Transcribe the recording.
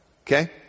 Okay